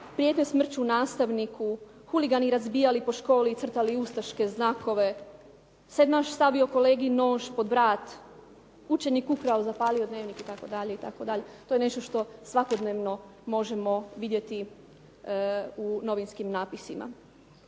Prijete smrću nastavniku, huligani razbijali po školi i crtali ustaške znakove, sedmaš stavio kolegi nož pod vrat, učenik ukrao i zapalio dnevnik itd., itd. To je nešto što svakodnevno možemo vidjeti u novinskim napisima.